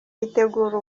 bitegura